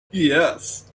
yes